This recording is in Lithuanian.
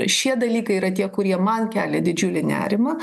šie dalykai yra tie kurie man kelia didžiulį nerimą